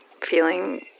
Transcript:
feeling